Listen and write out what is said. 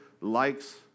likes